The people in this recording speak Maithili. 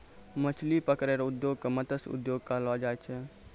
मछली पकड़ै रो उद्योग के मतस्य उद्योग कहलो जाय छै